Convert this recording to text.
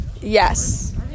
Yes